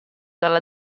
dalla